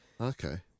Okay